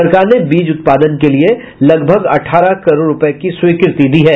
सरकार ने बीज उत्पादन के लिये लगभग अठारह करोड़ रूपये की स्वीकृति दी है